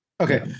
okay